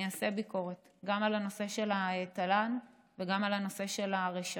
אני אעשה ביקורת גם על הנושא של התל"ן וגם על הנושא של הרשתות.